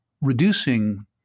reducing